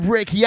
Rick